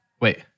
Wait